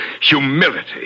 humility